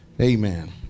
Amen